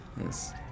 Yes